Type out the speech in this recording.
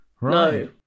No